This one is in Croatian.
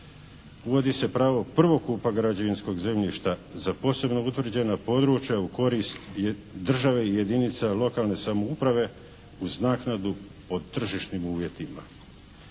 Uvodi se pravo prvokupa građevinskog zemljišta za posebno utvrđena područja u korist države i jedinica lokalne samouprave uz naknadu pod tržišnim uvjetima.